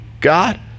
God